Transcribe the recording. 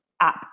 app